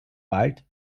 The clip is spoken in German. bald